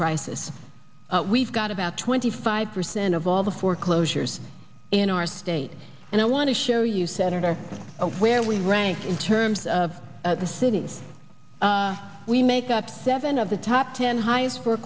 crisis we've got about twenty five percent of all the foreclosures in our state and i want to show you senator where we rank in terms of the cities we make up seven of the top ten highest for